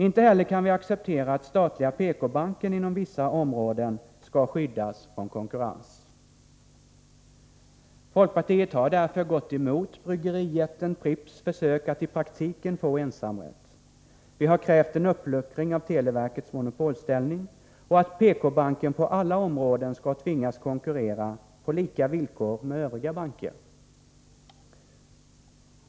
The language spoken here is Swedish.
Inte heller kan vi acceptera att statliga PK-banken inom vissa områden skyddas från konkurrens. Folkpartiet har därför gått emot bryggerijätten Pripps försök att i praktiken få ensamrätt, vi har krävt en uppluckring av televerkets monopolställning och att PK-banken på alla områden skall tvingas konkurrera på lika villkor med övriga banker.